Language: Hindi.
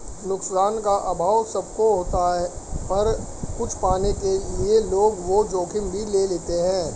नुकसान का अभाव सब को होता पर कुछ पाने के लिए लोग वो जोखिम भी ले लेते है